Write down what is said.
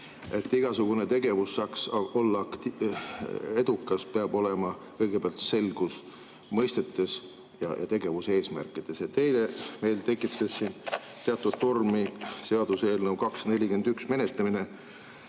Et igasugune tegevus saaks olla edukas, peab olema kõigepealt selgus mõistetes ja tegevuse eesmärkides. Eile meil tekitas siin teatud tormi seaduseelnõu 241 menetlemine.